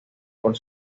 por